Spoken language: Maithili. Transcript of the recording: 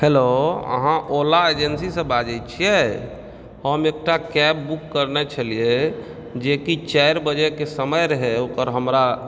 हेल्लो अहाँ ओला एजेंसी सॅं बाजै छियै हम एकटा केब बुक करने छेलियै ह जेकि चारि बजे के समय रहै ओकर हमरा